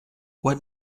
what